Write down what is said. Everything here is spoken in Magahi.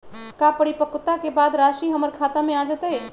का परिपक्वता के बाद राशि हमर खाता में आ जतई?